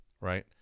right